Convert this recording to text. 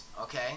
okay